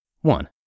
One